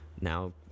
now